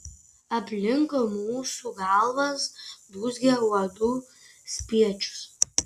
aplink mūsų galvas dūzgia uodų spiečius